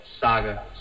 Saga